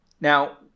Now